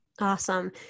Awesome